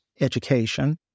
education